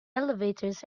elevators